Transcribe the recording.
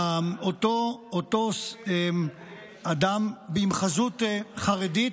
של אותו אדם עם חזות חרדית.